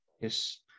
Yes